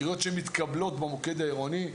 קריאות שמתקבלות במוקד העירוני,